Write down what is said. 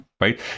right